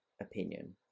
opinion